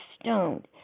stoned